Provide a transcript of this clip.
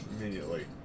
immediately